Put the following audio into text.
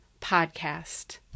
podcast